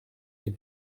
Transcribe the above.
dem